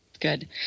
good